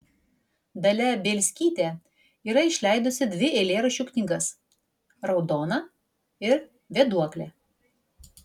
dalia bielskytė yra išleidusi dvi eilėraščių knygas raudona ir vėduoklė